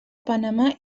panamà